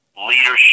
leadership